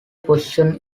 position